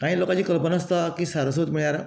कांय लोकांची कल्पना आसता की सारस्वत म्हळ्यार